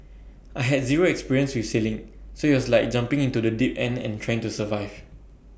I had zero experience with sailing so IT was like jumping into the deep end and trying to survive